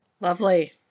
Lovely